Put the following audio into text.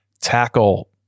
tackle